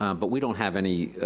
um but we don't have any, ah,